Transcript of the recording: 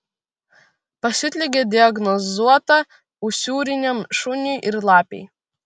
pasiutligė diagnozuota usūriniam šuniui ir lapei